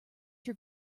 your